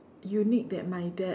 unique that my dad